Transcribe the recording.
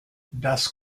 das